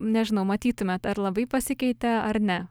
nežinau matytumėt ar labai pasikeitė ar ne